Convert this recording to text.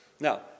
Now